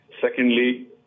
Secondly